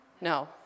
No